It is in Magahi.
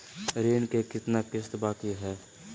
ऋण के कितना किस्त बाकी है?